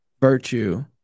virtue